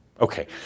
Okay